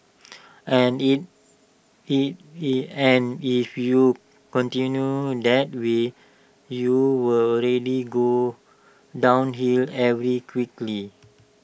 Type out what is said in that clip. and if if and if you continue that way you will really go downhill every quickly